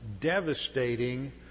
devastating